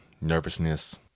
nervousness